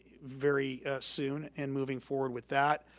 very soon and moving forward with that.